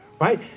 right